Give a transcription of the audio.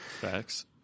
facts